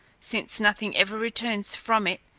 since nothing ever returns from it,